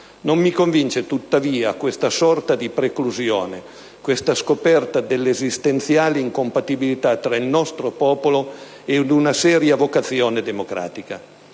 Non mi convince, tuttavia, questa sorta di preclusione, questa scoperta dell'esistenziale incompatibilità tra il nostro popolo ed una seria vocazione democratica».